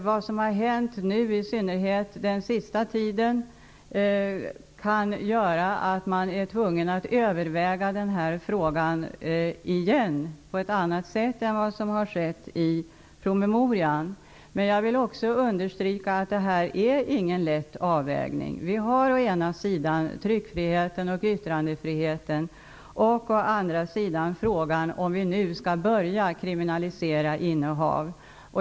Det som har hänt nu, i synnerhet den senaste tiden, kan göra att man blir tvungen att överväga den här frågan igen på ett annat sätt än vad som har skett i promemorian. Men jag vill också understryka att det här inte är någon lätt avvägning. Vi har å ena sidan tryckfriheten och yttrandefriheten och å andra sidan frågan om vi nu skall börja kriminalisera innehav.